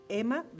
Emma